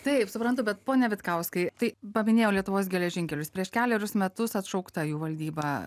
taip suprantu bet pone vitkauskai tai paminėjo lietuvos geležinkelius prieš kelerius metus atšaukta jų valdyba